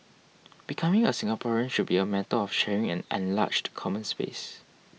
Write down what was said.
becoming a Singaporean should be a matter of sharing an enlarged common space